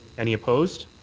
any opposed?